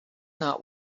not